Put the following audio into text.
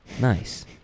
nice